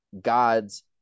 gods